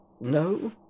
No